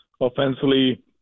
Offensively